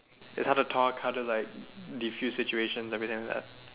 is how to talk how to like defuse situations everything like that